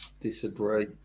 disagree